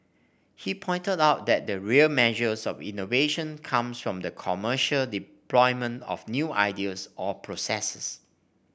he pointed out that the real measures of innovations comes from the commercial deployment of new ideas or processes